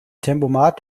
tempomat